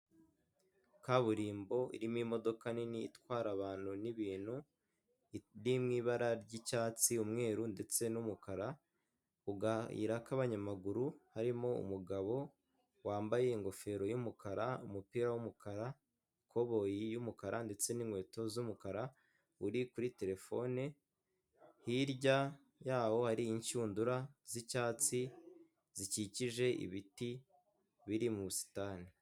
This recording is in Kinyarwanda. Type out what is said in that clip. Kaburimbo irimo imodoka nini itwara abantu n'ibintu iri mu ibara ry'icyatsi, umweru, ndetse n'umukara mu kayira kabanyamaguru harimo umugabo wambaye ingofero y'umukara, umupira w'umukara ikoboyi y'umukara, ndetse n'inkweto z'umukara uri kuri terefone hirya yaho hari inshundura z'icyatsi zikikije ibiti biri mu busitani.